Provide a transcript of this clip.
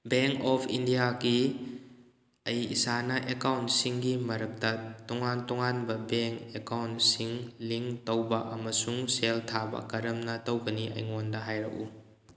bank of ꯏꯟꯗꯤꯌꯥꯀꯤ ꯑꯩ ꯏꯁꯥꯅ ꯑꯦꯀꯥꯎꯟꯁꯤꯡꯒꯤ ꯃꯔꯛꯇ ꯇꯣꯉꯥꯟ ꯇꯣꯉꯥꯟꯕ ꯕꯦꯡ ꯑꯦꯀꯥꯎꯟꯁꯤꯡ ꯂꯤꯡ ꯇꯧꯕ ꯑꯃꯁꯨꯡ ꯁꯦꯜ ꯊꯥꯕ ꯀꯔꯝꯅ ꯇꯧꯒꯅꯤ ꯑꯩꯉꯣꯟꯗ ꯍꯥꯏꯔꯛꯎ